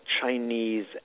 Chinese